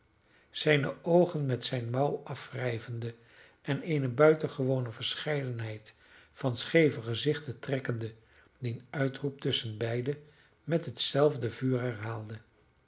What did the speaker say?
zijne oogen met zijne mouw afwrijvende en eene buitengewone verscheidenheid van scheeve gezichten trekkende dien uitroep tusschenbeide met hetzelfde vuur